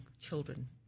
children